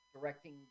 directing